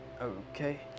Okay